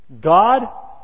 God